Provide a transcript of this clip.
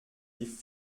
die